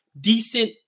decent